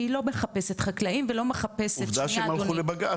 כי היא לא מחפשת חקלאים ולא מחפשת -- עובדה שהם הלכו לבג"צ.